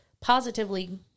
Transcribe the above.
positively